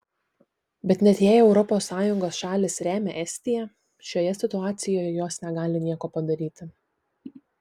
bet net jei europos sąjungos šalys remia estiją šioje situacijoje jos negali nieko padaryti